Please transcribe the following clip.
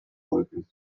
wollten